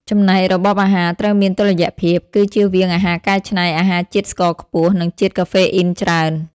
ចំណែក របបអាហារត្រូវមានតុល្យភាព គឺជៀសវាងអាហារកែច្នៃ អាហារជាតិស្ករខ្ពស់ និងជាតិកាហ្វេអ៊ីនច្រើន។